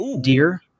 deer